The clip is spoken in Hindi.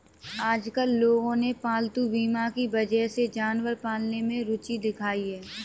आजकल लोगों ने पालतू बीमा की वजह से जानवर पालने में रूचि दिखाई है